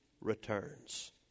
returns